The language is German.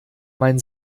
mein